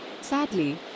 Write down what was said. Sadly